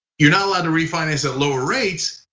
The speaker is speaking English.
you're not allowed to refinance at lower rates,